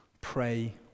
Pray